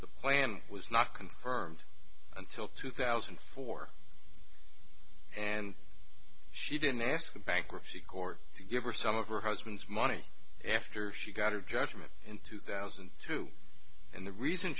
the plan was not confirmed until two thousand and four and she didn't ask the bankruptcy court to give her some of her husband's money after she got her judgment in two thousand and two and the reason